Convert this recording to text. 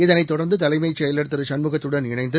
இதனைத் தொடர்ந்துதலைமைச் செயலர் திருசண்முகத்துடன் இணைந்து